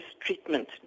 treatment